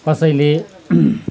कसैले